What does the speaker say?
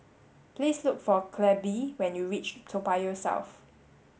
please look for Clabe when you reach Toa Payoh South